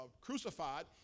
crucified